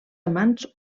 amants